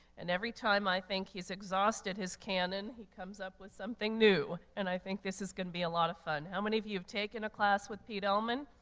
and every time i think he's exhausted his cannon, he comes up with something new. and i think this is going to be a lot of fun. how many of you have taken a class with pete elman?